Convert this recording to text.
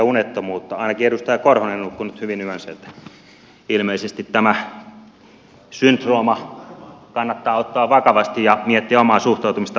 ainakin edustaja korhonen on nukkunut hyvin yönsä joten ilmeisesti tämä syndrooma kannattaa ottaa vakavasti ja miettiä omaa suhtautumista asiaan